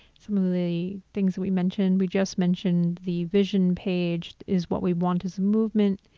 some of the things that we mentioned, we just mentioned the vision page is what we want is movement.